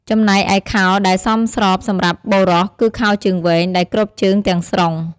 ចំំណែកឯខោដែលសមស្របសម្រាប់បុរសគឺខោជើងវែង ដែលគ្របជើងទាំងស្រុង។